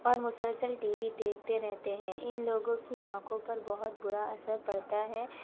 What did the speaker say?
اور مسلسل TV دیکھتے رہتے ہیں ان لوگوں کی آنکھوں پر بہت برا اثر پڑتا ہے